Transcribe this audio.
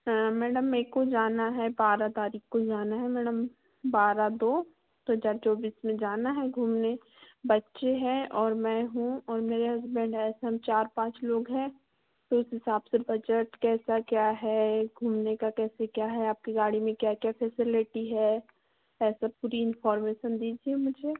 हाँ मैडम मेरे को जाना है बारह तारीख को जाना है मैडम बारह दो दो हज़ार चौबीस में जाना है घूमने बच्चे हैं और मैं हूँ और मेरे हसबैंड हैं ऐसे हम चार पाँच लोग हैं तो उस हिसाब से बजट कैसा क्या है घूमने का कैसा क्या है आपकी गाड़ी में क्या क्या फैसिलिटी है अ सब पूरी इनफार्मेशन दीजिए मुझे